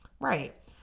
Right